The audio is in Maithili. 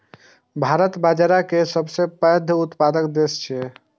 भारत बाजारा के सबसं पैघ उत्पादक देश छियै